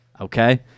Okay